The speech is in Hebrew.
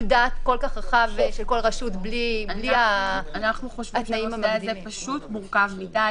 דעת כל כך רחב בלי --- אנחנו חושבים שהנושא הזה פשוט מורכב מדי.